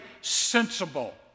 sensible